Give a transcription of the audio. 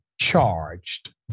charged